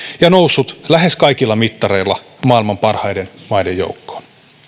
ja noussut lähes kaikilla mittareilla maailman parhaiden maiden joukkoon